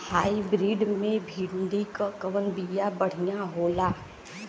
Hybrid मे भिंडी क कवन बिया बढ़ियां होला?